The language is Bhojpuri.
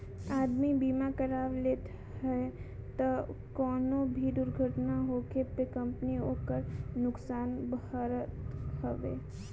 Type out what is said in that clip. आदमी बीमा करवा लेत हवे तअ कवनो भी दुर्घटना होखला पे कंपनी ओकर नुकसान भरत हवे